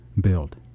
build